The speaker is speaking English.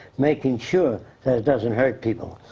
making sure that it doesn't hurt people.